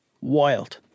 Wild